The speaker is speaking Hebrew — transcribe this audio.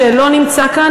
שלא נמצא כאן,